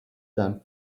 than